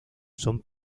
son